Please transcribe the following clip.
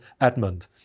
Edmund